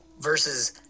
versus